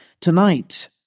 tonight